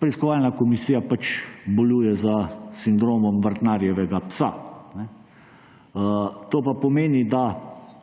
preiskovalna komisija pač boluje za sindromom vrtnarjevega psa. To pa pomeni, da